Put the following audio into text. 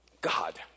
God